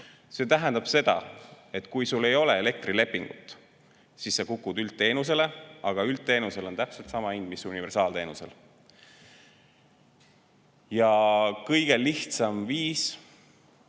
See tähendab, et kui sul ei ole elektrilepingut, siis sa kukud üldteenusele, aga üldteenusel on täpselt sama hind mis universaalteenusel. Kõige lihtsam viis 1.